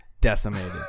decimated